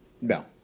No